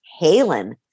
Halen